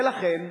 ולכן,